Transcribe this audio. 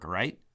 right